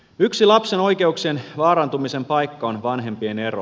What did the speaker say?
yksi lapsen oikeuksien vaarantumisen paikka on vanhempien ero